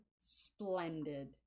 splendid